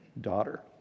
daughter